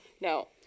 No